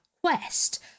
quest